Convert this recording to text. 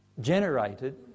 generated